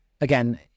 again